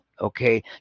Okay